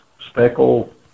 speckle